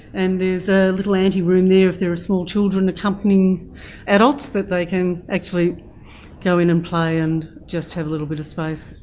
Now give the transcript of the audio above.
and there's a little anteroom there if there are small children accompanying adults, that they can actually go in and play and just have a little bit of space.